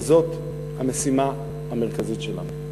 וזאת המשימה העיקרית שלנו.